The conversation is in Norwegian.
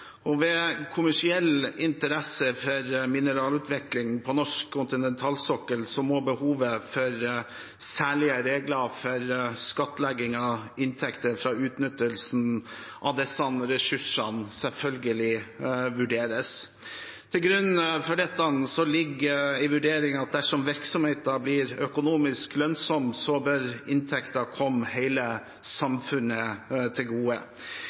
og ved kommersiell interesse for mineralutvikling på norsk kontinentalsokkel må behovet for særlige regler for skattlegging av inntekter fra utnyttelsen av disse ressursene selvfølgelig vurderes. Til grunn for dette ligger en vurdering av at dersom virksomheten blir økonomisk lønnsom, bør inntekten komme hele samfunnet til gode.